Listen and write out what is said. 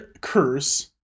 curse